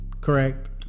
Correct